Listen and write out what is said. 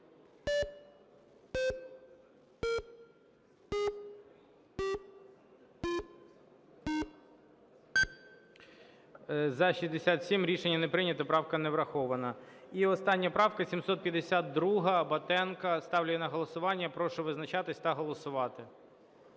За-67 Рішення не прийнято. Правка не врахована. І остання правка 752 Батенка. Ставлю її на голосування і прошу визначатис та голосувати.